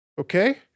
okay